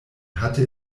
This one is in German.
hatte